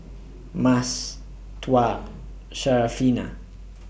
Mas Tuah Syarafina